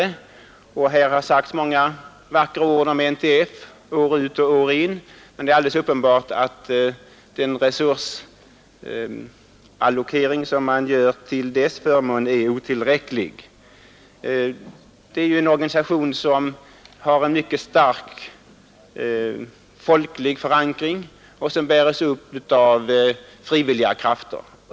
År ut och år in har här många vackra ord sagts om NTF, men det är alldeles uppenbart att den resursallokering som man gör till dess förmån är otillräcklig. NTF har som organisation en mycket stark folklig förankring och bäres upp av frivilliga krafter.